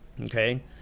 okay